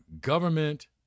government